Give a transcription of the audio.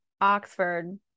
oxford